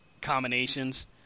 combinations